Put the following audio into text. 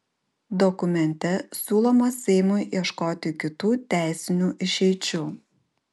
dokumente siūloma seimui ieškoti kitų teisinių išeičių